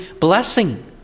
blessing